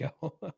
go